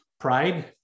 pride